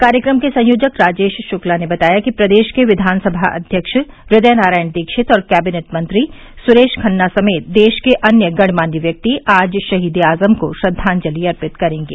कार्यक्रम के संयोजक राजेश शुक्ला ने बताया कि प्रदेश के विचानसमा अध्यक्ष हदय नारायण दीक्षित और कैबिनेट मंत्री सुरेश खन्ना समेत देश के अन्य गणमान्य व्यक्ति आज शहीद ए आजम को श्रद्वांजलि अर्पित करेंगे